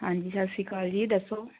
ਹਾਂਜੀ ਸਤਿ ਸ਼੍ਰੀ ਅਕਾਲ ਜੀ ਦੱਸੋ